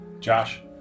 Josh